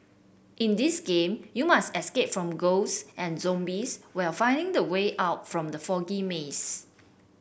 in this game you must escape from ghosts and zombies while finding the way out from the foggy maze